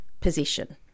position